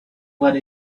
let